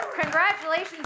Congratulations